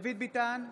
דוד ביטן,